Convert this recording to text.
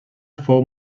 fou